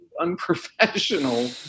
unprofessional